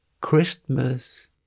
Christmas